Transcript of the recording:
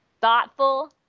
thoughtful